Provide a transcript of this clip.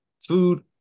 food